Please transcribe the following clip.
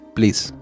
Please